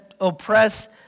oppressed